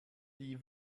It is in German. die